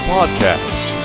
Podcast